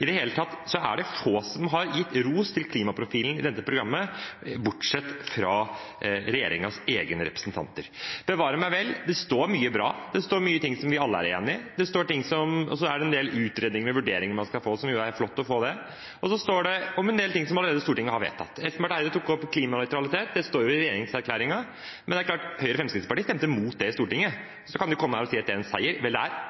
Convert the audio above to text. I det hele tatt er det få som har gitt ros til klimaprofilen i dette programmet – bortsett fra regjeringens egne representanter. Bevare meg vel – det står mye bra. Det står mye som vi alle er enig i, og så skal man få en del utredninger og vurderinger – og det er jo flott å få det. Og det står om en del ting som Stortinget allerede har vedtatt. Espen Barth Eide tok opp klimanøytralitet. Det står om det i regjeringserklæringen, men Høyre og Fremskrittspartiet stemte mot det i Stortinget.